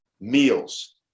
meals